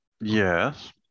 Yes